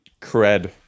cred